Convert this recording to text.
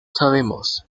sabemos